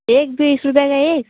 एक बीस रुपये में एक